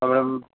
madam